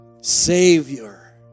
savior